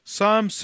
Psalm